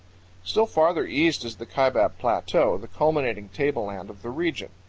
still farther east is the kaibab plateau, the culminating table-land of the region.